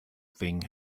thing